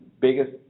biggest